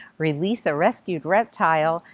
release a rescued reptile,